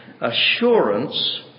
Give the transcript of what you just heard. assurance